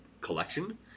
collection